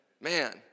man